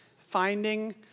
finding